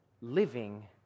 living